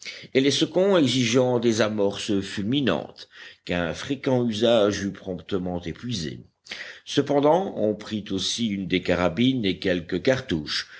et les seconds exigeant des amorces fulminantes qu'un fréquent usage eût promptement épuisées cependant on prit aussi une des carabines et quelques cartouches